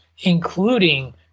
including